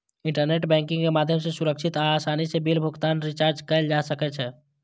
internet banking के माध्यम सं सुरक्षित आ आसानी सं बिल भुगतान आ रिचार्ज कैल जा सकै छै